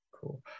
Cool